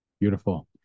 Beautiful